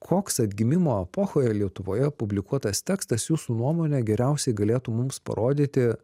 koks atgimimo epochoje lietuvoje publikuotas tekstas jūsų nuomone geriausiai galėtų mums parodyti